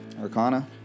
Arcana